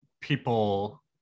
people